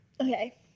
Okay